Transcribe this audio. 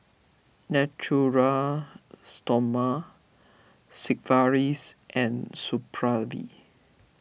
Natura Stoma Sigvaris and Supravit